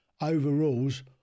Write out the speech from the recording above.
overrules